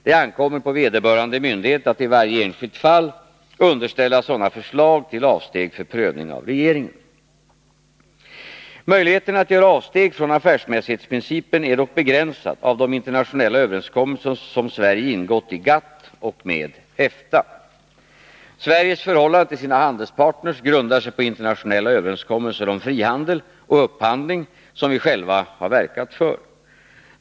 Det ankommer på vederbörande myndighet att i varje enskilt fall underställa sådana förslag till avsteg för prövning av regeringen. Möjligheterna att göra avsteg från affärsmässighetsprincipen är dock begränsade av de internationella överenskommelser som Sverige ingått i GATT och med EFTA. Sveriges förhållande till sina handelspartner grundar sig på internationella överenskommelser om frihandel och upphandling som vi själva verkat för.